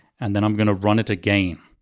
and then i'm gonna run it again.